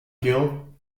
gill